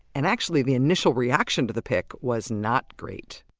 and actually, the initial reaction to the pick was not great